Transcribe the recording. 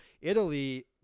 Italy